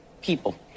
people